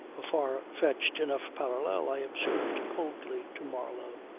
a far-fetched enough parallel, i observed coldly to marlow.